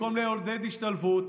במקום לעודד השתלבות,